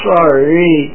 Sorry